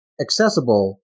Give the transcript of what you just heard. accessible